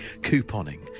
couponing